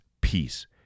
peace